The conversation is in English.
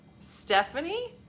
Stephanie